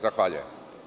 Zahvaljujem.